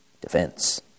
defense